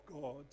God